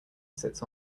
sits